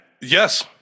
Yes